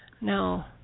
No